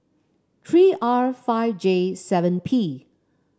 three R five J seven P